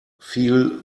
feel